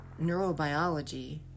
neurobiology